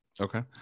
okay